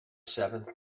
seventh